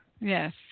yes